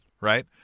right